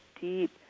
deep